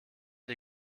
die